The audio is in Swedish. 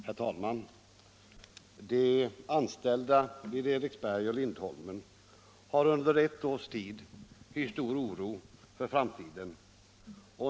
Herr talman! De anställda vid Eriksberg och Lindholmen har under ett års tid hyst stor oro för framtiden.